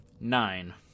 Nine